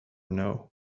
know